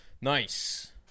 Nice